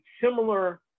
similar